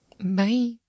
Bye